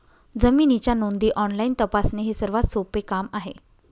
जमिनीच्या नोंदी ऑनलाईन तपासणे हे सर्वात सोपे काम आहे